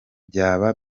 byaba